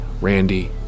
Randy